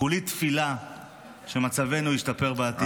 כולי תפילה שמצבנו ישתפר בעתיד.